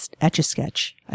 Etch-A-Sketch